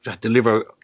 deliver